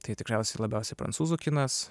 tai tikriausiai labiausiai prancūzų kinas